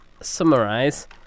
summarize